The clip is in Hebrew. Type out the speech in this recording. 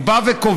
הוא בא וקובע,